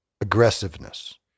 aggressiveness